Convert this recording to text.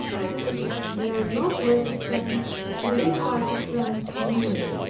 since there are no protestants in any part of france near it.